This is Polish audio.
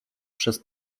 przez